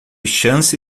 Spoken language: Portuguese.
chance